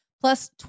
plus